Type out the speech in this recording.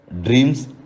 dreams